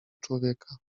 człowieka